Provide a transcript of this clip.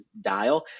dial